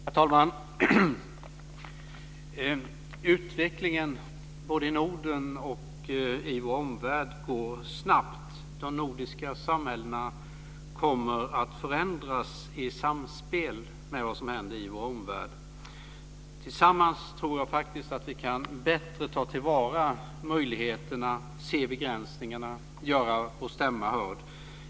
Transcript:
Herr talman! Utvecklingen både i Norden och i vår omvärld går snabbt. De nordiska samhällena kommer att förändras i samspel med vad som händer i vår omvärld. Tillsammans tror jag faktiskt att vi bättre kan ta till vara möjligheterna, se begränsningarna och göra vår stämma hörd.